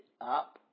up